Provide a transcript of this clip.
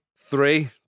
Three